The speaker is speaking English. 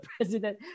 president